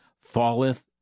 falleth